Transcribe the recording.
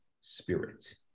spirit